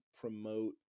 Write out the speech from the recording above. promote